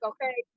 Okay